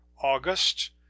August